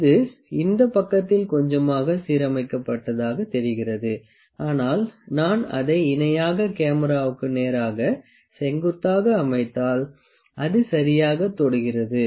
இது இந்த பக்கத்தில் கொஞ்சமாக சீரமைக்கப்பட்டதாகத் தெரிகிறது ஆனால் நான் அதை இணையாக கேமராவுக்கு நேராக செங்குத்தாக அமைத்தால் அது சரியாகத் தொடுகிறது